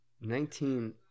Nineteen